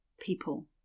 people